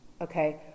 okay